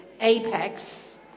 apex